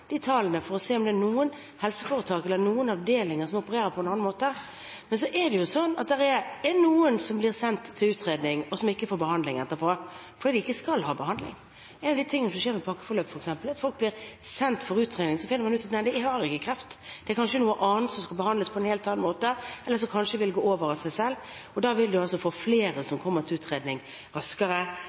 tallene for å se om det er noen helseforetak eller avdelinger som opererer på en annen måte. Men det er noen som blir sendt til utredning som ikke får behandling etterpå fordi de ikke skal ha behandling. En av de tingene som skjer med pakkeforløp, f.eks., er at folk blir sendt til utredning. Så finner man ut at de ikke har kreft, det er kanskje noe annet, som skal behandles på en helt annen måte, eller som kanskje vil gå over av seg selv. Man vil få flere som kommer til utredning raskere.